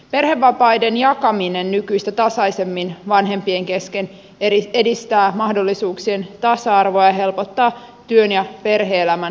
perhevapaiden jakaminen nykyistä tasaisemmin vanhempien kesken edistää mahdollisuuksien tasa arvoa ja helpottaa työn ja perhe elämän yhteensovittamista